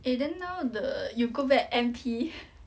eh then now the you go back N_P